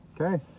Okay